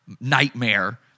nightmare